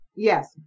Yes